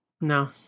No